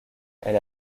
elle